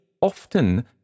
often